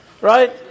right